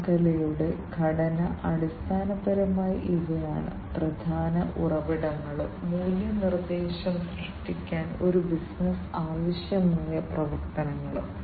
അവ തികച്ചും കരുത്തുറ്റതും വിശാലമായ താപനില പരിധിയിലും വ്യത്യസ്തമായ പാരിസ്ഥിതിക സാഹചര്യങ്ങളിലും മറ്റും പ്രവർത്തിക്കാൻ കഴിയും